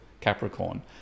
Capricorn